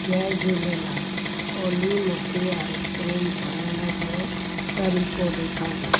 जय झूलेलाल ओली मूंखे आइसक्रीम ठाहिण जो तरीक़ो ॾेखारियो